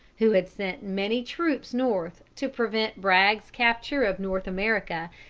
who had sent many troops north to prevent bragg's capture of north america,